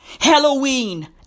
Halloween